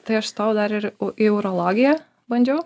tai aš stojau dar ir į urologiją bandžiau